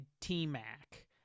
T-Mac